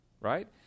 right